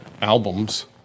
albums